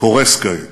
קורס כעת.